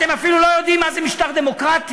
אתם אפילו לא יודעים מה זה משטר דמוקרטי.